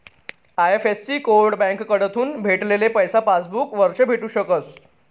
IFSC code बँककडथून भेटेल पैसा पासबूक वरच भेटू शकस